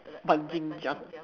but didn't jump